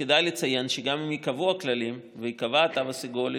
שכדאי לציין שגם אם ייקבעו הכללים וייקבע התו הסגול,